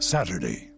Saturday